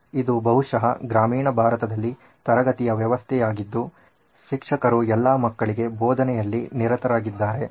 ಇದು ಬಹುಶಃ ಗ್ರಾಮೀಣ ಭಾರತದಲ್ಲಿ ತರಗತಿಯ ವ್ಯವಸ್ಥೆ ಆಗಿದ್ದು ಶಿಕ್ಷಕರು ಎಲ್ಲಾ ಮಕ್ಕಳಿಗೆ ಬೋಧನೆಯಲ್ಲಿ ನಿರತರಾಗಿದ್ದಾರೆ